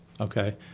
Okay